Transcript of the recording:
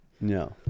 no